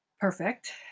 perfect